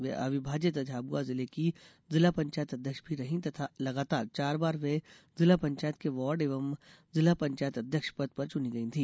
वे अविभाजित झाबुआ जिले की जिला पंचायत अध्यक्ष भी रही तथा लगातार चार बार वे जिला पंचायत के वार्ड एवं जिपं अध्यक्ष पद पर चुनी गई थी